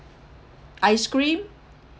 ice cream